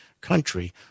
country